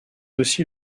aussi